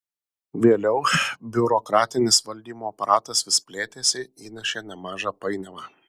vėliau biurokratinis valdymo aparatas vis plėtėsi įnešė nemažą painiavą